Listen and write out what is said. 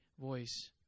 voice